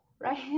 right